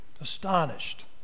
Astonished